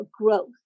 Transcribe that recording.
Growth